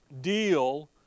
deal